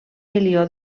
milió